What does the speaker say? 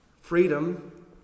Freedom